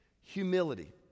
humility